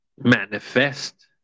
Manifest